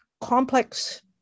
complex